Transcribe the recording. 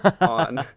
on